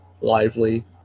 lively